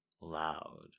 loud